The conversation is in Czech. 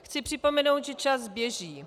Chci připomenout, že čas běží.